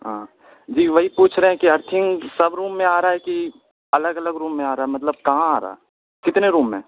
ہاں جی وہی پوچھ رہے ہیں کہ ارتھنک سب روم میں آ رہا ہے کہ الگ الگ روم میں آ رہا ہے مطلب کہاں آ رہا ہے کتنے روم میں